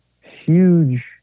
huge